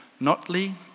Notley